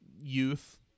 youth